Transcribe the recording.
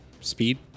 speed